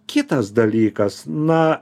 kitas dalykas na